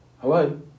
Hello